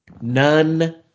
None